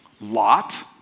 Lot